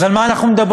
אז על מה אנחנו מדברים?